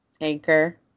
Anchor